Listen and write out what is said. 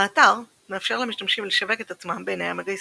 האתר מאפשר למשתמשים לשווק את עצמם בעיני המגייסים.